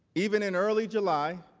even in early july,